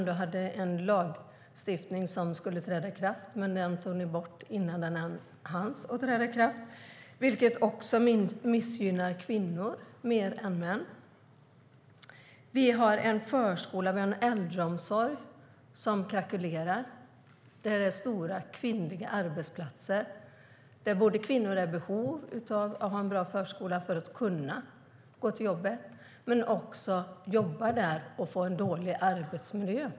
Det fanns en lagstiftning som skulle träda i kraft, men ni tog bort den innan den ens hann träda i kraft. Det missgynnar kvinnor mer än män. Förskolan och äldreomsorgen krackelerar. Det är stora arbetsplatser med många kvinnor. Kvinnor har behov av en bra förskola för att kunna gå till jobbet, och de jobbar där i en dålig arbetsmiljö.